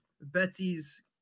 Betsy's